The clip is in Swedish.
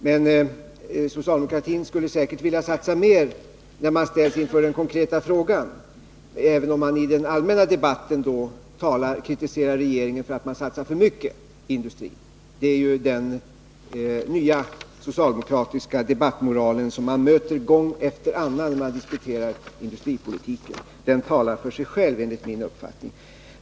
Men socialdemokratin skulle säkert vilja satsa mer när man ställs inför den konkreta frågan, även om man i den allmänna debatten kritiserar regeringen för att den satsar för mycket på industrin. Det är ju den nya socialdemokratiska debattmoralen som vi möter gång efter annan när vi diskuterar industripolitiken. Den talar för sig själv enligt min uppfattning.